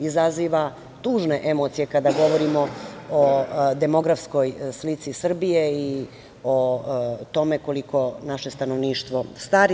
Izaziva tužne emocije kada govorimo o demografskoj slici Srbije i o tome koliko naše stanovništvo stari.